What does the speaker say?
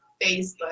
Facebook